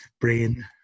brain